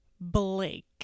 Blake